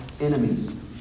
enemies